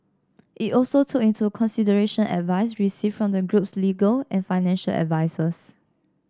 it also took into consideration advice received from the group's legal and financial advisers